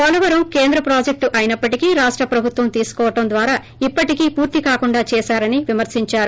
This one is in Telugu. పోలవరం కేంద్ర ప్రాజెక్ట్ అయినప్పటికీ రాష్ట ప్రభుత్వం తీసుకోవడం ద్వారా ఇప్పటికీ పూర్తి కాకుండో చేసారని విమర్తించారు